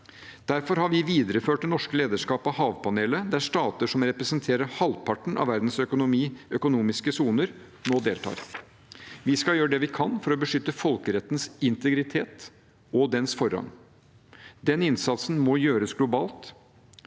Derfor har vi videreført det norske lederskapet av havpanelet, der stater som representerer halvparten av verdens økonomiske soner, nå deltar. Vi skal gjøre det vi kan for å beskytte folkerettens integritet og dens forrang. Den innsatsen må gjøres globalt.